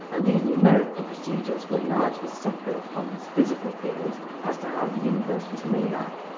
and these numerical procedures were largely separate from his physical theories as to how the universe was made up.